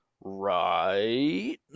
right